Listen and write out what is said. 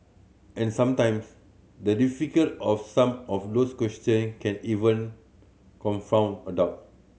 and sometimes the difficulty of some of these question can even confound adult